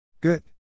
Good